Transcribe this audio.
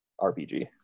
RPG